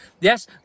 Yes